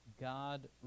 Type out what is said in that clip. God